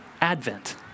Advent